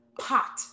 pot